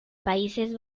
países